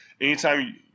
anytime